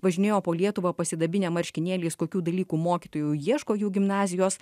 važinėjo po lietuvą pasidabinę marškinėliais kokių dalykų mokytojų ieško jų gimnazijos